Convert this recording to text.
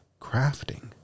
crafting